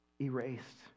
erased